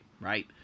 Right